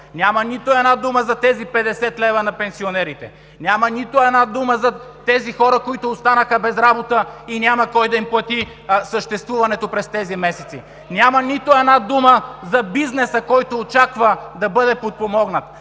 няма нито една дума за тези 50 лв. на пенсионерите; няма нито една дума за хората, които останаха без работа и няма кой да им плати съществуването през тези месеци; няма нито една дума за бизнеса, който очаква да бъде подпомогнат;